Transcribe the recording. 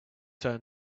turn